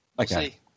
Okay